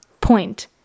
point